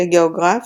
כגאוגרף,